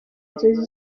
inzozi